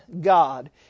god